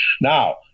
Now